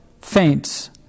faints